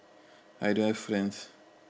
I don't have friends